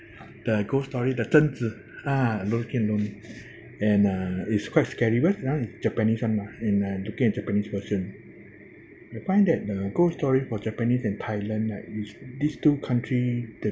the ghost story the zheng zi ah and uh it's quite scary where ah japanese [one] ah in uh looking at japanese version I find that the ghost story for japanese and thailand like these t~ these two country the